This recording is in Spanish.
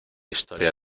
historia